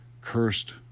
cursed